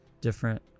different